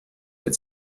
had